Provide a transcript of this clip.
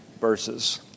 verses